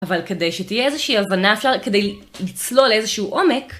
אבל כדי שתהיה איזושהי הבנה אפשר, כדי לצלול לאיזשהו עומק